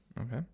Okay